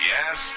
Yes